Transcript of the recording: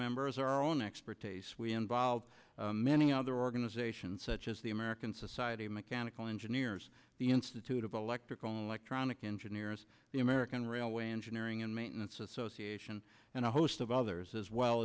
members our own expertise we involve many other organizations such as the american society of mechanical engineers the institute of electrical and electronic engineers the american railway engineering and maintenance association and a host of others as well